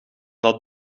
dat